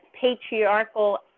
patriarchal